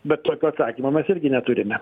bet tokio atsakymo mes irgi neturime